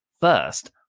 first